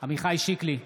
עמיחי שיקלי,